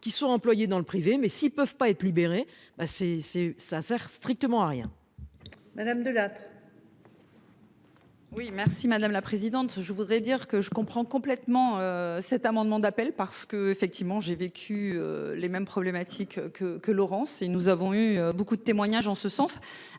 qui sont employés dans le privé mais s'ils peuvent pas être libéré ben c'est c'est ça sert strictement à rien. Madame De Lattre. Oui merci madame la présidente. Je voudrais dire que je comprends complètement cet amendement d'appel parce que effectivement j'ai vécu les mêmes problématiques que que Laurence et nous avons eu beaucoup de témoignages en ce sens